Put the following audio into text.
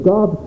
God